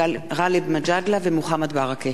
גאלב מג'אדלה ומוחמד ברכה.